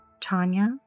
Tanya